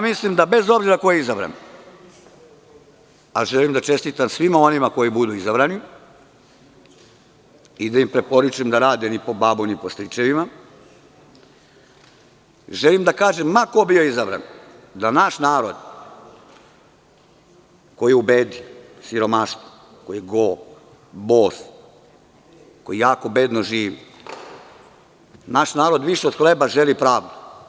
Mislim da bez obzira ko je izabran, a želim da čestitam svima onima koji budu izabrani, i da im preporučim da rade ni po babu ni po stričevima, želim da kažem ma ko bio izabran, da naš narod koji je u bedi, siromaštvu, koji je go, bos, koji jako bedno živi, naš narod više od hleba želi pravdu.